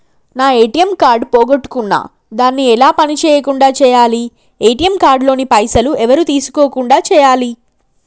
నా ATM card పోగొట్టుకున్నా దాన్ని ఎలా పని చేయకుండా చేయాలి ఏ.టి.ఎమ్ కార్డు లోని పైసలు ఎవరు తీసుకోకుండా చేయాలి?